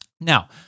Now